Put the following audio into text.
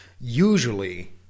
usually